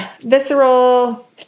visceral